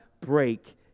Break